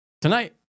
Tonight